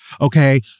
okay